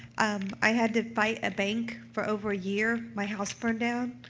um, i had to fight a bank for over a year. my house burned down,